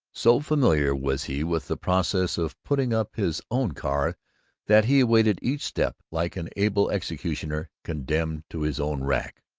so familiar was he with the process of putting up his own car that he awaited each step like an able executioner condemned to his own rack.